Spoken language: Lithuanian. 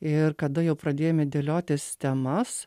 ir kada jau pradėjome dėliotis temas